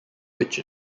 which